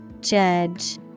Judge